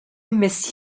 miss